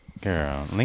Girl